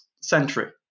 century